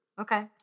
Okay